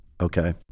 Okay